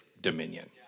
dominion